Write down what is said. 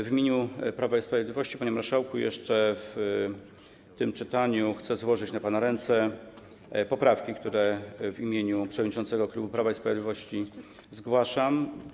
W imieniu Prawa i Sprawiedliwości, panie marszałku, w tym czytaniu chcę jeszcze złożyć na pana ręce poprawki, które w imieniu przewodniczącego klubu Prawa i Sprawiedliwość zgłaszam.